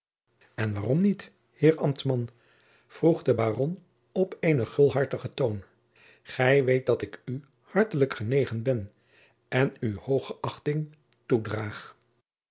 en waarom niet heer ambtman vroeg de baron op eenen gulhartigen toon gij weet dat ik u hartelijk genegen ben en u hooge achting toedraag